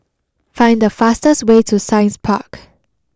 find the fastest way to Science Park